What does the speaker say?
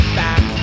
back